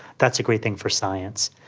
that's a great thing for science.